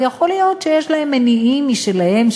ויכול להיות שיש להם מניעים משלהם,